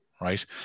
Right